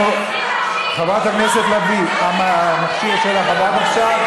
חברת הכנסת לביא, המכשיר שלך עבד עכשיו?